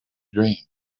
dream